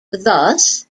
thus